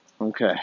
Okay